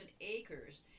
acres